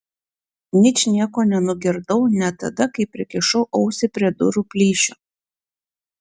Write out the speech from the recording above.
ničnieko nenugirdau net tada kai prikišau ausį prie durų plyšio